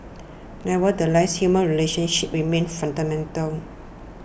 nevertheless human relationships remain fundamental